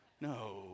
No